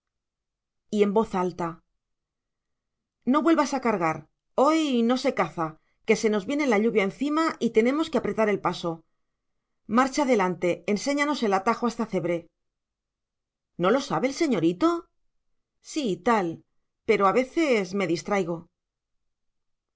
y en voz alta no vuelvas a cargar hoy no se caza que se nos viene la lluvia encima y tenemos que apretar el paso marcha delante enséñanos el atajo hasta cebre no lo sabe el señorito sí tal pero a veces me distraigo